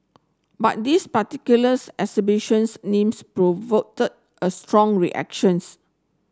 but this particulars exhibitions names a strong reactions